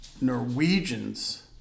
Norwegians